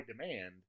demand